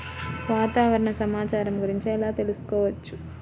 వాతావరణ సమాచారం గురించి ఎలా తెలుసుకోవచ్చు?